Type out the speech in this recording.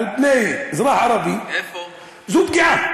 על פני אזרח ערבי, זו פגיעה.